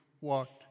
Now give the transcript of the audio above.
walked